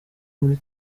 muri